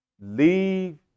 Leave